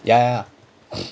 ya